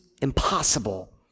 impossible